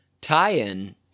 tie-in